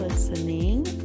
listening